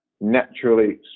naturally